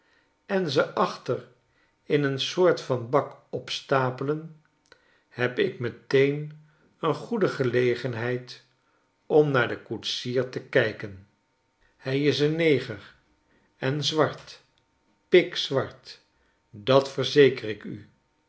en ze achter in een soort van bak opstapelen heb ik meteen een goede gelegenheid om naar den koetsier te kijken hij is een neger en zwart pikzwart dat verzeker ik u